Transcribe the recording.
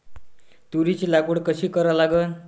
तुरीची लागवड कशी करा लागन?